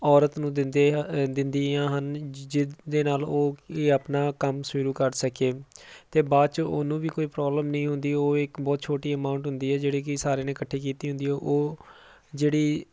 ਔਰਤ ਨੂੰ ਦਿੰਦੇ ਦਿੰਦੀਆਂ ਹਨ ਜਿ ਜਿਹਦੇ ਨਾਲ ਉਹ ਇਹ ਆਪਣਾ ਕੰਮ ਸ਼ੁਰੂ ਕਰ ਸਕੇ ਅਤੇ ਬਾਅਦ 'ਚ ਉਹਨੂੰ ਵੀ ਕੋਈ ਪ੍ਰੋਬਲਮ ਨਹੀਂ ਹੁੰਦੀ ਉਹ ਇੱਕ ਬਹੁਤ ਛੋਟੀ ਅਮਾਊਂਟ ਹੁੰਦੀ ਹੈ ਜਿਹੜੀ ਕਿ ਸਾਰਿਆਂ ਨੇ ਇਕੱਠੇ ਕੀਤੀ ਹੁੰਦੀ ਉਹ ਜਿਹੜੀ